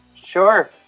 Sure